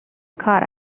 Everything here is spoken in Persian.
کار